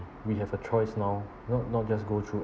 we have a choice now not not just go through